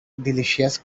delicious